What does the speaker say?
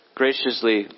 graciously